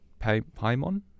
Paimon